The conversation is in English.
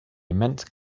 immense